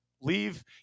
leave